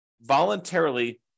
voluntarily